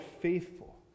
faithful